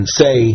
say